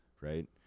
right